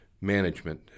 management